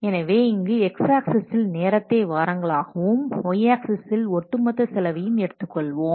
எனவே இங்கு x ஆக்சிஸில் நேரத்தை வாரங்கள் ஆகவும் y ஆக்சிஸில் ஒட்டு மொத்த செலவையும் எடுத்துக்கொள்வோம்